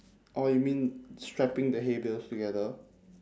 orh you mean strapping the hay bales together